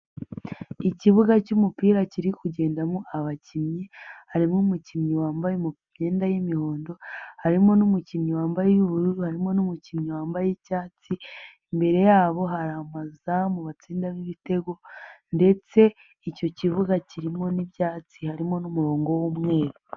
Ikibuga cy'umupira kiri kugendamo abakinnyi, harimo umukinnyi wambaye imyenda y'umuhondo, harimo n'umukinnyi wambaye iy'ubururu, harimo n'umukinnyi wambaye iy'icyatsi, imbere yabo hari amazamu batsindamo ibitego ndetse icyo kibuga kirimo n'ibyatsi, harimo n'umurongo w'umweru.